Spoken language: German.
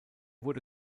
wurde